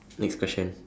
next question